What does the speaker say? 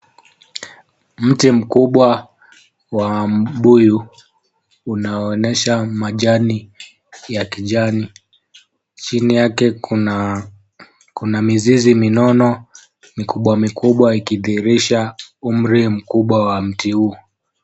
Mti mkubwa wa mabuyu unaonyesha majani ya kijani chini yake, kuna mizizi minono mikubwa mikubwa ikidhirisha umri mkubwa wa mti huu.